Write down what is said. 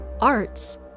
arts